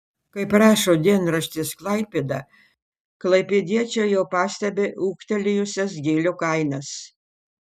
kaip rašo dienraštis klaipėda klaipėdiečiai jau pastebi ūgtelėjusias gėlių kainas